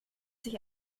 sich